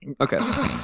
Okay